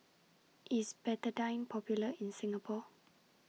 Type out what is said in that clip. IS Betadine Popular in Singapore